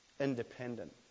independent